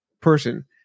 person